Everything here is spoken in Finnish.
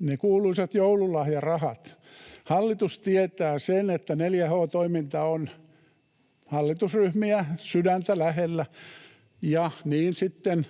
ne kuuluisat joululahjarahat. Hallitus tietää sen, että 4H-toiminta on hallitusryhmiä sydäntä lähellä, ja niin sitten